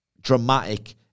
dramatic